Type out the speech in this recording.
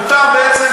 מותר בעצם,